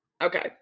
Okay